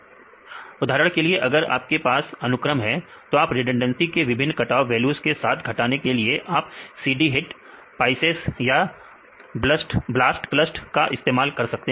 हां उधर के लिए अगर आपके पास अनुक्रम है तो आप रिडंडेंसी को विभिन्न cut off value cut off values के साथ घटाने के लिए आप CD HIT पाईसेस या ब्लास्टक्लस्ट का इस्तेमाल कर सकते हैं